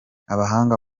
abahanga